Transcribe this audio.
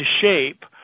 shape